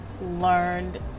learned